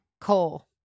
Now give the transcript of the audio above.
Coal